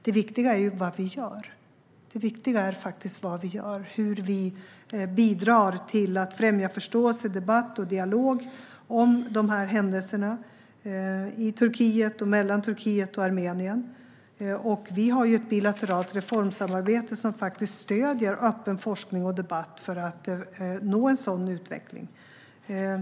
Men det viktiga är faktiskt vad vi gör och hur vi bidrar till att främja förståelse, debatt och dialog om de här händelserna i Turkiet och mellan Turkiet och Armenien. Vi har ett bilateralt reformsamarbete som faktiskt stöder öppen forskning och debatt för att nå en sådan utveckling.